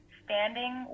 standing